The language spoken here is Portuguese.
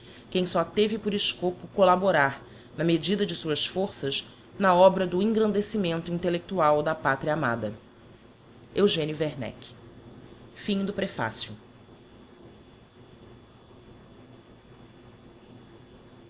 quem só teve por escopo collaborar na medida de suas forças na obra do engrandecimento intellectual da pátria amada